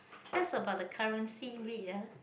that's about the currency rate ah